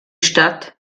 stadt